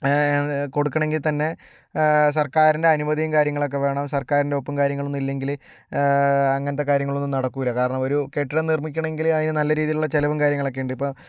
കൊടുക്കണമെങ്കിൽത്തന്നെ സർക്കാരിൻ്റെ അനുമതിയും കാര്യങ്ങളൊക്കെ വേണം സർക്കാരിൻ്റെ ഒപ്പും കാര്യങ്ങളൊന്നും ഇല്ലെങ്കിൽ അങ്ങനത്തെ കാര്യങ്ങളൊന്നും നടക്കില്ല കാരണം ഒരു കെട്ടിടം നിർമ്മിക്കണമെങ്കിൽ അതിന് നല്ല രീതിയിലുള്ള ചിലവും കാര്യങ്ങളൊക്കെ ഉണ്ട് ഇപ്പം